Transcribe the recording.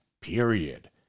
period